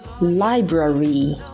Library